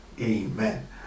Amen